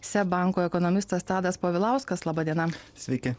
seb banko ekonomistas tadas povilauskas laba diena sveiki